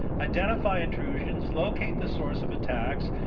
identify intrusions, locate the source of attacks.